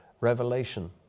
revelation